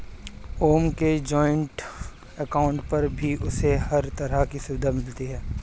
ओम के joint account पर भी उसे हर तरह की सुविधा मिलती है